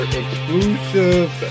exclusive